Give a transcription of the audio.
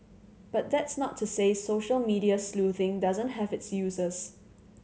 but that's not to say social media sleuthing doesn't have its uses